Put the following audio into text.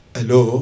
Hello